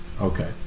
Okay